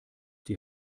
die